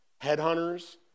headhunters